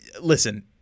listen